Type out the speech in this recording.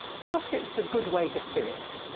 but it's a good way to finish.